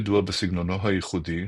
ידוע בסגנונו הייחודי,